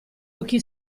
occhi